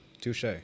Touche